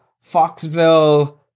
foxville